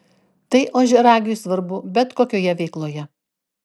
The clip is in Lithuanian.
tai ožiaragiui svarbu bet kokioje veikloje